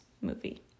movie